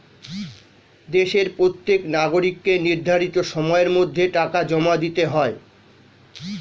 দেশের প্রত্যেক নাগরিককে নির্ধারিত সময়ের মধ্যে টাকা জমা দিতে হয়